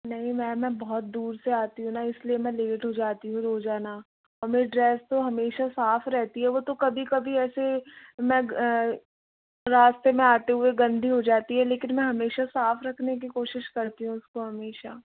नहीं मैम मैं बहुत दूर से आती हूँ ना इसलिए मैं लेट हो जाती हूँ रोज़ाना और मेरी ड्रेस तो हमेशा साफ़ रहती है वो तो कभी कभी ऐसे मैं रास्ते में आते हुए गंदी हो जाती है लेकिन मैं हमेशा साफ़ रखने कि कोशिश करती हूँ उसको हमेशा